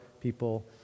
people